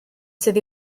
sydd